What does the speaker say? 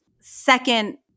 second